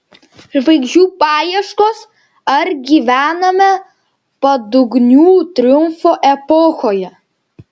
žvaigždžių paieškos ar gyvename padugnių triumfo epochoje